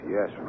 Yes